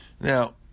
Now